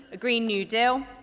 agree new deal.